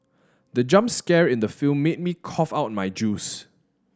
the jump scare in the film made me cough out my juice